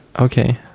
okay